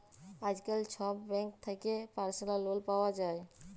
আইজকাল ছব ব্যাংক থ্যাকে পার্সলাল লল পাউয়া যায়